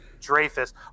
dreyfus